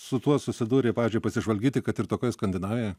su tuo susidūrė pavyzdžiui pasižvalgyti kad ir tokioj skandinavijoj